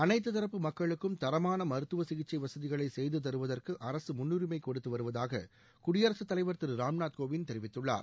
அனைத்து தரப்பு மக்களுக்கும் தரமான மருத்துவ சிகிச்சை வசதிகளை செய்து தருவதற்கு அரசு முன்னுரிமை கொடுத்துவருவதாக குடியரசுத் தலைவர் திரு ராம்நாத் கோவிந்த் தெரிவித்துள்ளார்